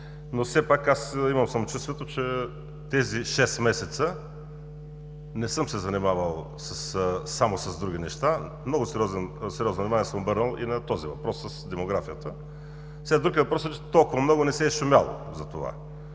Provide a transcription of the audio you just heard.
на изборите. Имам самочувствието, че тези шест месеца не съм се занимавал само с други неща – много сериозно внимание съм обърнал и на този въпрос с демографията. Друг е въпросът, че толкова много не се е шумяло за това.